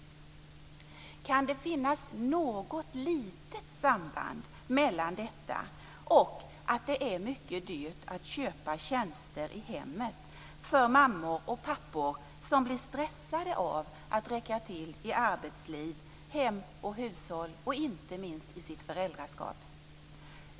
Kan det finnas något litet samband mellan detta och att det är mycket dyrt att köpa tjänster i hemmet för mammor och pappor som blir stressade av att räcka till i arbetsliv, i hem och hushåll och inte minst i sitt föräldraskap?